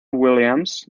williams